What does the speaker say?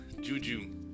Juju